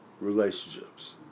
relationships